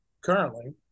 currently